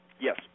Yes